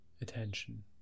attention